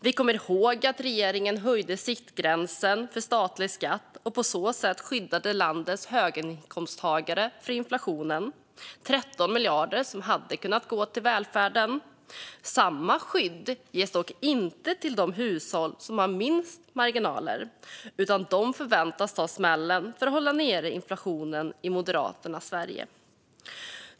Vi kommer ihåg att regeringen höjde skiktgränsen för statlig skatt och på så sätt skyddade landets höginkomsttagare från inflationen. Det var 13 miljarder som kunde gått till välfärden. Samma skydd ges dock inte till de hushåll som har minst marginaler, utan de förväntas ta smällen för att hålla nere inflationen i Moderaternas Sverige.